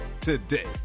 today